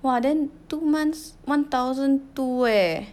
!wah! then two months one thousand two eh